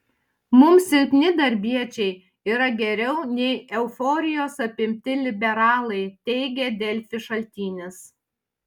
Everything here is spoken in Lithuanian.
mums silpni darbiečiai yra geriau nei euforijos apimti liberalai teigė delfi šaltinis